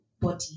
body